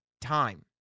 time